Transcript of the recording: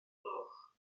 gloch